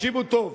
ותקשיבו טוב.